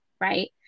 right